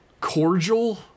cordial